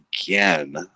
again